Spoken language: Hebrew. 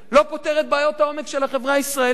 לא פותר את בעיות העומק של החברה הישראלית,